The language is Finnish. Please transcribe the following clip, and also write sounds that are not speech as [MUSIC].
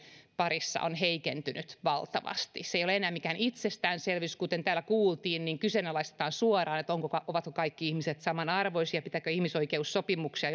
parissa on heikentynyt valtavasti se ei ole enää mikään itsestäänselvyys kuten täällä kuultiin niin kyseenalaistetaan suoraan ovatko ovatko kaikki ihmiset samanarvoisia pitääkö ihmisoikeussopimuksia [UNINTELLIGIBLE]